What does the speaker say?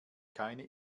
keine